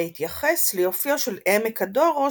בהתייחס ליופיו של עמק הדורו,